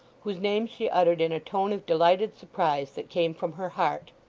whose name she uttered in a tone of delighted surprise that came from her heart.